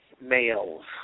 males